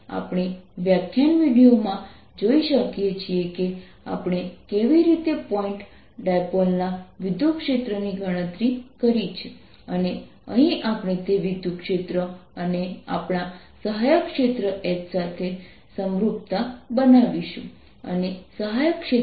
અને કારણ કે ત્યાં કોઈ મુક્ત પ્રવાહ નથી અને કોઈ બાઉન્ડ પ્રવાહ નથી તેથી આપણે B0 લખી શકીએ છીએ